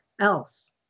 else